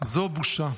זו בושה.